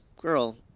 girl